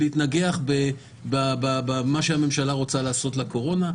להתנגח במה שהממשלה רוצה לעשות לקורונה,